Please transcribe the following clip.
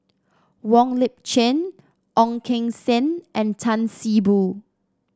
Wong Lip Chin Ong Keng Sen and Tan See Boo